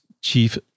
Chief